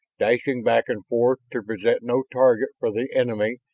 dashing back and forth to present no target for the enemy,